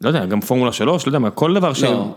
לא יודע, גם פורמולה שלוש, לא יודע מה, כל דבר ש... לא.